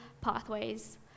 pathways